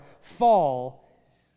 fall